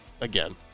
again